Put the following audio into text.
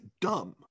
dumb